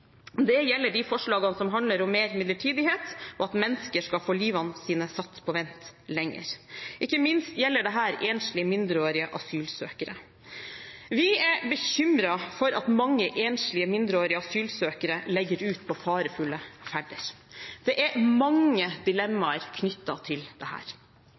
Det gjelder de forslagene som handler om mer midlertidighet, at mennesker skal få livet sitt satt på vent lenger. Ikke minst gjelder dette enslige mindreårige asylsøkere. Vi er bekymret for at mange enslige mindreårige asylsøkere legger ut på en farefull ferd. Det er mange dilemmaer knyttet til